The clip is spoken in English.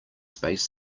space